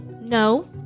no